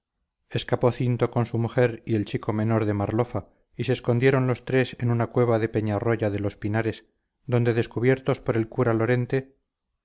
escapó cinto con su mujer y el chico menor de marlofa y se escondieron los tres en una cueva de peñarroya de los pinares donde descubiertos por el cura lorente